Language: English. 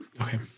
Okay